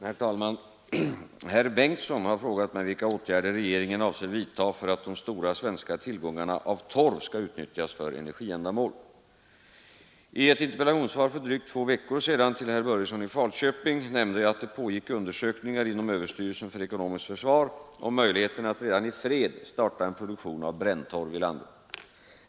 Herr talman! Herr Karl Bengtsson i Varberg har frågat mig vilka åtgärder regeringen avser vidta för att de stora svenska tillgångarna av torv skall utnyttjas för energiändamål. I ett interpellationssvar för drygt två veckor sedan till herr Börjesson i Falköping nämnde jag att det pågick undersökningar inom överstyrelsen för ekonomiskt försvar om möjligheterna att redan i fred starta en produktion av bränntorv i landet.